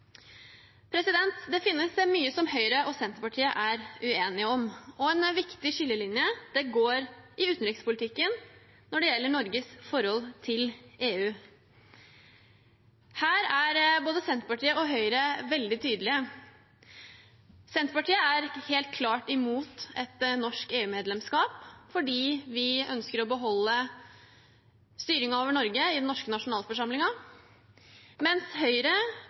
Det finnes mye Høyre og Senterpartiet er uenige om, og en viktig skillelinje går i utenrikspolitikken når det gjelder Norges forhold til EU. Her er både Senterpartiet og Høyre veldig tydelige. Senterpartiet er helt klart imot et norsk EU-medlemskap, fordi vi ønsker å beholde styringen over Norge i den norske nasjonalforsamlingen, mens Høyre